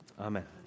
Amen